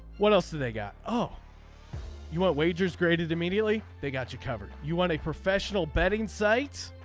what else do they got. oh you want wagers graded immediately. they got you covered. you want a professional betting site.